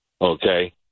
Okay